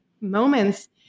moments